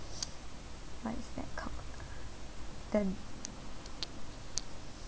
the